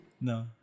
No